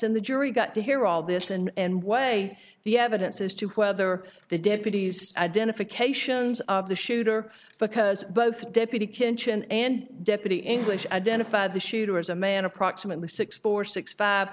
in the jury got to hear all this and weigh the evidence as to whether the deputies identifications of the shooter because both deputy kitchen and deputy english identified the shooter as a man approximately six four six five